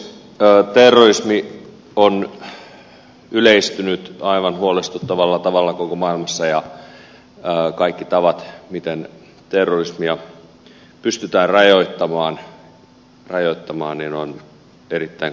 terrorismi on yleistynyt aivan huolestuttavalla tavalla koko maailmassa ja kaikki tavat miten terrorismia pystytään rajoittamaan ovat erittäin kannatettavia